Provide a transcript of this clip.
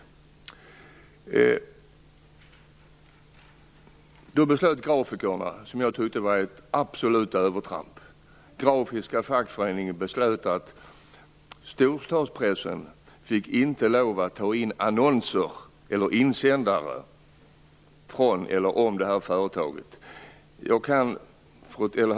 Då beslöt grafikerna något som jag tycker var ett absolut övertramp. Grafiska Fackförbundet beslöt att storstadspressen inte fick lov att ta in annonser eller insändare från eller om detta företag. Herr talman!